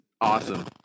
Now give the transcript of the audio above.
awesome